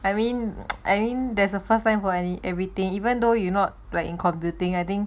I mean I mean there's a first time for any everything even though you're not like in computing I think